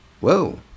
Whoa